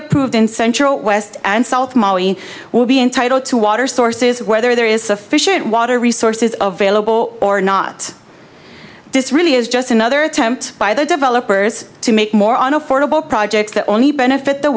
approved in central west and south mali will be entitled to water sources whether there is sufficient water resources available or not this really is just another attempt by the developers to make more on affordable projects that only benefit the